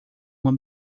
uma